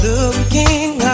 Looking